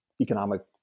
economic